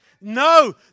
no